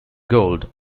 gold